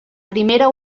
primera